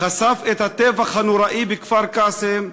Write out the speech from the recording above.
חשף את הטבח הנוראי בכפר-קאסם,